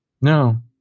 No